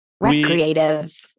recreative